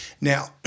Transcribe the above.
Now